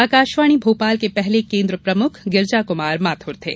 आकाशवाणी भोपाल के पहले केन्द्र प्रमुख गिरजा कुमार माथुर थे